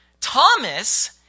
Thomas